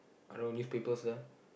are those newspapers there